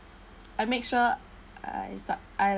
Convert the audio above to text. I make sure I su~ I